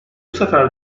sefer